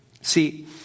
See